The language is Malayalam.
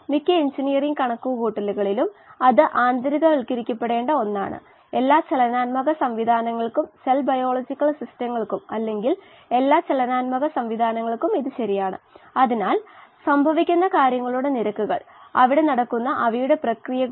ഡിഒ നേരിട്ട് ജീവികളുടെ വളർച്ചയേയും ഉൽപ്പാദനക്ഷമതയെയും ബാധിക്കുന്നു എന്നാൽ അത് കുമിഞ്ഞുകൂടുന്ന ഒരു നില മാത്രമാണ്